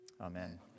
Amen